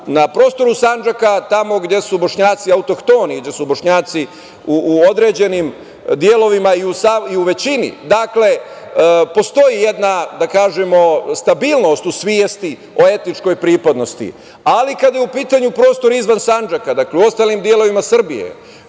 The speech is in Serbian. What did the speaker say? na prostoru Sandžaka, tamo gde su Bošnjaci autohtoni, gde su Bošnjaci u određenim delovima u većini, postoji jedna stabilnost u svesti o etničkoj pripadnosti. Ali, kada je u pitanju prostor izvan Sandžaka, dakle, u ostalim delovima Srbije,